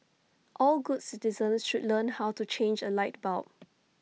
all good citizens should learn how to change A light bulb